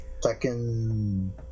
Second